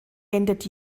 endet